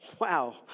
Wow